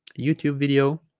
youtube video